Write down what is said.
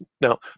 Now